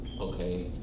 Okay